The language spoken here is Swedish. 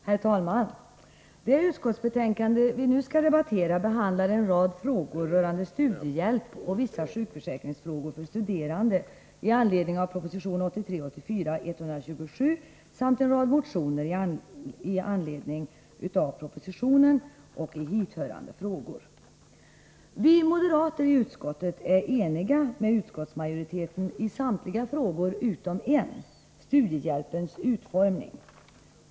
Herr talman! Det utskottsbetänkande vi nu skall debattera behandlar en rad frågor rörande studiehjälp och vissa sjukförsäkringsfrågor för studerande i anledning av proposition 1983 84:100 samt en rad motioner i hithörande frågor. Vi moderater i utskottet är eniga med utskottsmajoriteten i samtliga frågor utom en — studiehjälpens utformning.